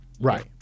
Right